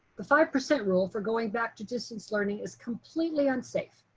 the five percent rule for going back to distance learning is completely unsafe.